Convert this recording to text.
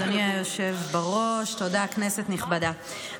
כנסת נכבדה,